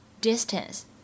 distance